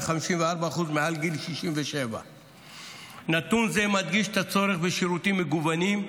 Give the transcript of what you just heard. ו-54% מעל גיל 67. נתון זה מדגיש את הצורך בשירותים מגוונים,